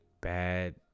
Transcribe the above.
bad